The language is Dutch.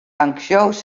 anciaux